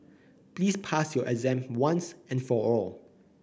please pass your exam once and for all